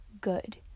good